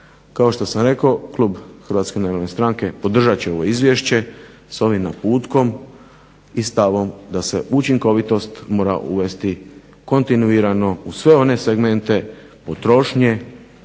Kao što sam rekao Klub Hrvatske narodne stranke podržat će ovo Izvješće sa ovim naputkom i stavom da se učinkovitost mora uvesti kontinuirano u sve one segmente potrošnje